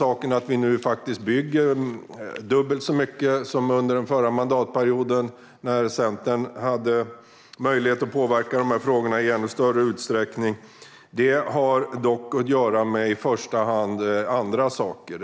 Att vi nu bygger dubbelt så mycket som under den förra mandatperioden, när Centern hade möjlighet att påverka dessa frågor i ännu större utsträckning, har dock i första hand att göra med andra saker.